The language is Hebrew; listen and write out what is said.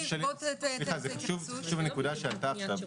זה חשוב לנקודה שעלתה עכשיו,